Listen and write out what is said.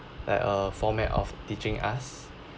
like a format of teaching us